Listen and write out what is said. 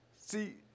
See